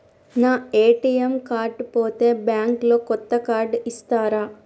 నా ATM card పోతే bank లో కొత్త కార్డు ఇస్తరా?